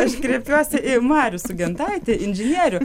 aš kreipiuosi į marių sugentaitį inžinierių